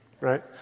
right